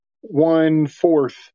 one-fourth